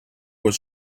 was